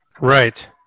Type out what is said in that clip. right